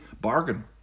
bargain